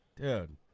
Dude